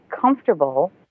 comfortable